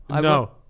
no